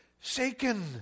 shaken